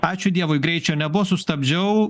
ačiū dievui greičio nebuvo sustabdžiau